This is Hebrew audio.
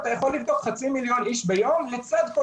אתה יכול לבדוק חצי מיליון איש ביום לצד כל